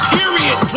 Period